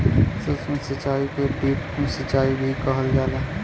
सूक्ष्म सिचाई के ड्रिप सिचाई भी कहल जाला